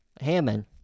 Hammond